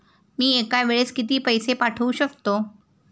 मी एका वेळेस किती पैसे पाठवू शकतो?